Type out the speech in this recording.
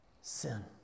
Sin